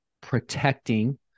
protecting